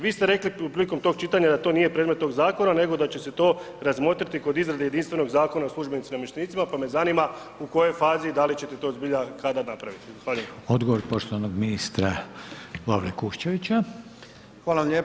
Vi ste rekli prilikom tog čitanja da to nije predmet tog zakona nego da će se to razmotriti kod izrade jedinstvenog Zakona o službenicima i namještenicima, pa me zanima u kojoj fazi, da li ćete to zbilja i kada napraviti.